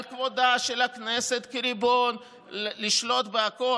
כבודה של הכנסת כריבון לשלוט בהכול,